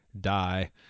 die